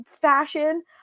fashion